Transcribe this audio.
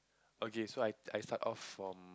okay so I I start off from